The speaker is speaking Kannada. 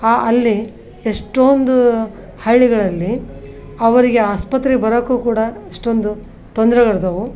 ಆ ಅಲ್ಲಿ ಎಷ್ಟೊಂದು ಹಳ್ಳಿಗಳಲ್ಲಿ ಅವರಿಗೆ ಆಸ್ಪತ್ರೆಗೆ ಬರೋಕ್ಕೂ ಕೂಡ ಎಷ್ಟೊಂದು ತೊಂದ್ರೆಗಳು ಇರ್ತವೆ